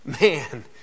man